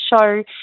show